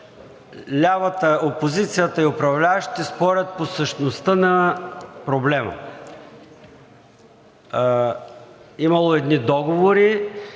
също – опозицията и управляващите спорят по същността на проблема. Имало едни договори,